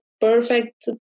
perfect